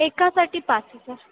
एकासाठी पाच हजार